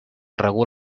regula